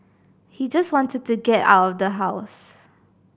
he just wanted to get out of the house